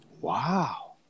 Wow